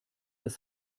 das